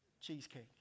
cheesecake